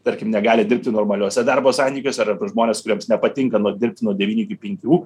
tarkim negali dirbti normaliuose darbo santykiuose arba žmonės kuriems nepatinka nuo dirbti nuo devynių iki penkių